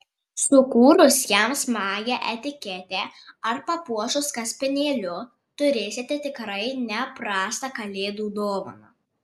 sukūrus jam smagią etiketę ar papuošus kaspinėliu turėsite tikrai ne prastą kalėdų dovaną